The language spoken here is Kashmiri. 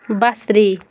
بصری